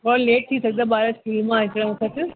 थोड़ो लेट थी सघंदो आहे ॿारनि